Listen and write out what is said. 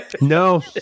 No